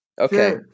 Okay